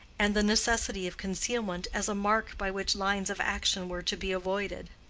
and the necessity of concealment as a mark by which lines of action were to be avoided.